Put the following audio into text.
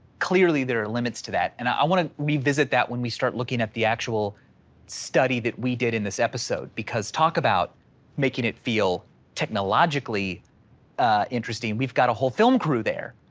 clearly, there are limits to that. and i wanna revisit that when we start looking at the actual study that we did in this episode, because talk about making it feel technologically interesting. we've got a whole film crew there.